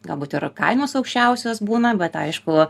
galbūt ir kainos aukščiausios būna bet aišku